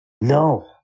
No